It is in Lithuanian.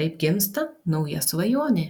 taip gimsta nauja svajonė